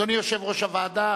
אדוני יושב-ראש הוועדה,